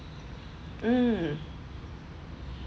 mm